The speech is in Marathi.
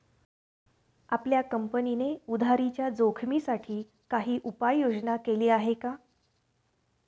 आपल्या कंपनीने उधारीच्या जोखिमीसाठी काही उपाययोजना केली आहे का?